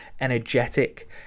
energetic